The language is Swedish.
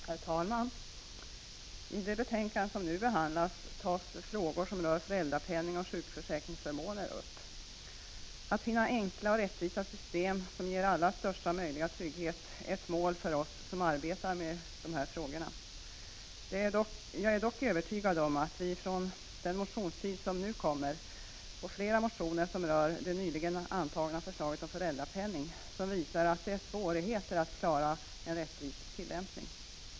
Herr talman! I det betänkande som nu behandlas tas frågor som rör föräldrapenning och sjukförsäkringsförmåner upp. Att finna enkla och rättvisa system som ger alla största möjliga trygghet är ett mål för oss som arbetar med dessa frågor. Jag är dock övertygad om att det under den allmänna motionstiden kommer att väckas flera motioner som rör det nyligen antagna förslaget om föräldrapenning och som visar att det är svårt att få till stånd en rättvis tillämpning.